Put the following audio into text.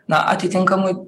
na atitinkamai